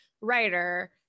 writer